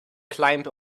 climb